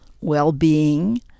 well-being